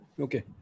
okay